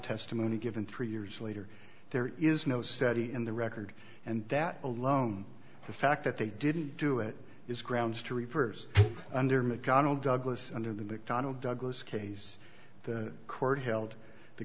testimony given three years later there is no study in the record and that alone the fact that they didn't do it is grounds to reverse under mcdonnell douglas under the big donald douglas case the court held the